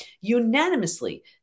Unanimously